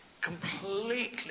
completely